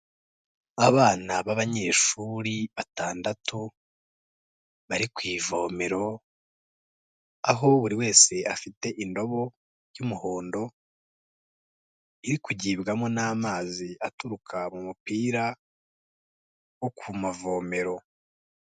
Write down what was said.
Abana b'abanyeshuri batandatu bari ku ivomero, aho buri wese afite indobo y'umuhondo iri kugibwamo n'amazi aturuka mu mupira wo ku mavomero.